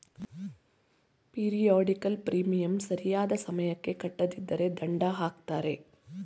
periodical premium ಸರಿಯಾದ ಸಮಯಕ್ಕೆ ಕಟ್ಟದಿದ್ದರೆ ದಂಡ ಹಾಕ್ತರೆ